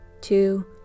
Two